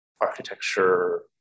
architecture